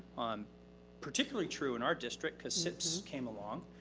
um particularly true in our district, cause sips came along.